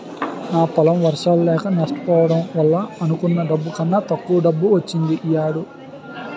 నా పొలం వర్షాలు లేక నష్టపోవడం వల్ల అనుకున్న డబ్బు కన్నా తక్కువ డబ్బు వచ్చింది ఈ ఏడు